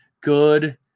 Good